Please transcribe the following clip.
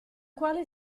quale